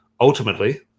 ultimately